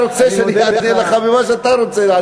טוב, אתה רוצה שאני אענה לך במה שאתה רוצה.